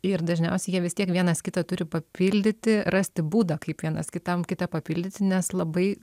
ir dažniausiai jie vis tiek vienas kitą turi papildyti rasti būdą kaip vienas kitam kitą papildyti nes labai